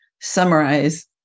summarize